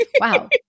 Wow